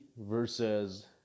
versus